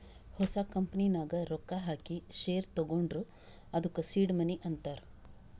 ಹೊಸ ಕಂಪನಿ ನಾಗ್ ರೊಕ್ಕಾ ಹಾಕಿ ಶೇರ್ ತಗೊಂಡುರ್ ಅದ್ದುಕ ಸೀಡ್ ಮನಿ ಅಂತಾರ್